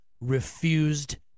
refused